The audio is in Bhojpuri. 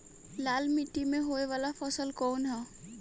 लाल मीट्टी में होए वाला फसल कउन ह?